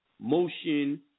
motion